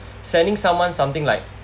sending someone something like